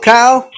Kyle